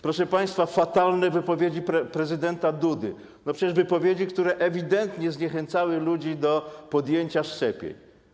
Proszę państwa, fatalne wypowiedzi prezydenta Dudy to przecież wypowiedzi, które ewidentnie zniechęcały ludzi do szczepień.